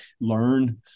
learn